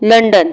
London